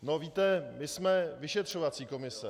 No víte, my jsme vyšetřovací komise.